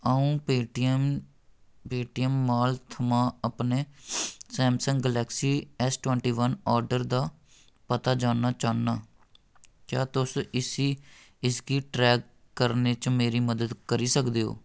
अ'ऊं pay T M Paytm T M mall थमां अपने Samsung Galaxy S twenty one order दा पता जानना चाह्न्नां क्या तुस इसी इसगी ट्रैक करने च मेरी मदद करी सकदे ओ